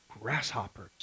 grasshoppers